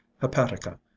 hepatica